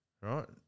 Right